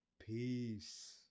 Peace